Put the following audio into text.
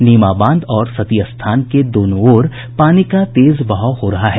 नीमा बांध और सतीस्थान के दोनों ओर पानी का तेज बहाव हो रहा है